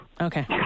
Okay